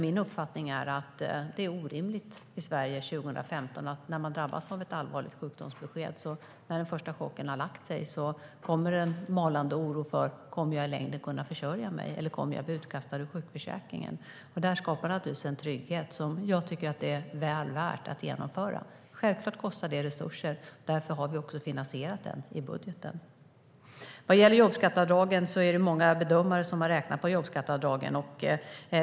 Min uppfattning är att det är orimligt att man i 2015 års Sverige efter att ha drabbats av ett allvarligt sjukdomsbesked och den första chocken har lagt sig ska utsättas för en malande oro för om man i längden kan försörja sig eller kommer att bli utkastad ur sjukförsäkringen. En reform som skapar en trygghet är väl värd att genomföra. Självklart kostar det resurser, och därför har vi finansierat den i budgeten. Många bedömare har räknat på jobbskatteavdragen.